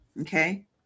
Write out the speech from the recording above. Okay